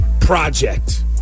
project